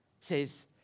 says